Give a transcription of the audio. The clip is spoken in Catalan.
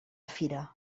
fira